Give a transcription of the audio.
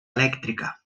elèctrica